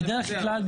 בדרך-כלל,